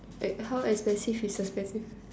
wait how expensive is expensive